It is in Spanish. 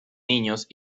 niños